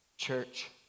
Church